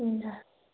हुन्छ